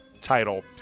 title